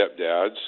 stepdads